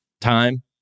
time